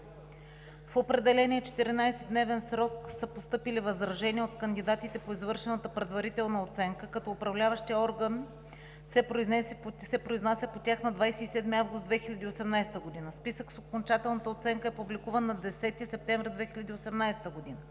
В определения 14-дневен срок са постъпили възражения от кандидатите по извършената предварителна оценка, като Управляващият орган се произнася по тях на 27 август 2018 г. Списък с окончателната оценка е публикуван на 10 септември 2018 г.